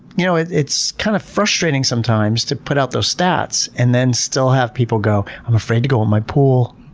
you know it's it's kind of frustrating sometimes to put out those stats and then still have people go, i'm afraid to go in my pool.